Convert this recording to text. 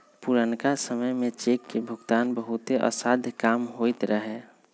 पुरनका समय में चेक के भुगतान बहुते असाध्य काम होइत रहै